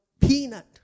peanut